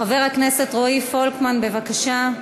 חבר הכנסת רועי פולקמן, בבקשה.